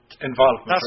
involvement